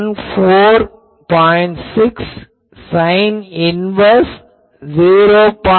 6 sine inverse 0